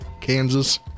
Kansas